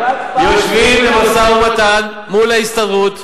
בהצבעה דמוקרטית, יושבים למשא-ומתן מול ההסתדרות,